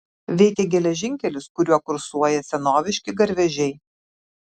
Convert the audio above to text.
veikia geležinkelis kuriuo kursuoja senoviški garvežiai